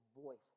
voice